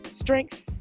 strength